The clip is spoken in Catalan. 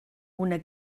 una